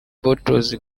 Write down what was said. boutros